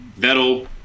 Vettel